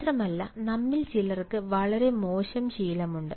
മാത്രമല്ല നമ്മിൽ ചിലർക്ക് വളരെ മോശം ശീലമുണ്ട്